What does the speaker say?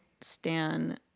Stan